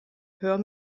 hör